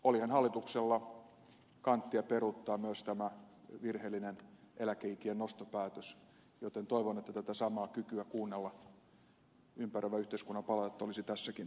olihan hallituksella kanttia peruuttaa myös tämä virheellinen eläkeikien nostopäätös joten toivon että tätä samaa kykyä kuunnella ympäröivän yhteiskunnan palautetta olisi tässäkin asiassa